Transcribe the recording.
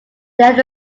there